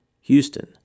Houston